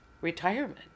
retirement